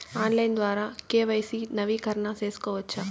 Online ద్వారా KYC నవీకరణ సేసుకోవచ్చా?